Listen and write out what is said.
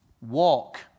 walk